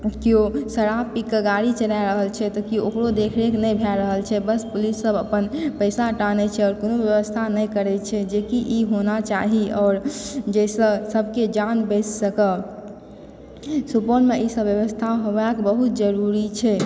केओ शराब पीके गाड़ी चलि रहल छै तऽ केओ ओकरो देख रेख नहि भए रहल छै बस पुलिस सब अपन पैसा टानय छै आओर कोनो व्यवस्था नहि करए छै जेकि ई होना चाही ई आओर जाहिसँ सबके जान बचि सकए सुपौलमे ई सब व्यवस्था होबाक बहुत जरूरी छै